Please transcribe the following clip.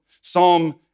Psalm